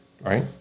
Right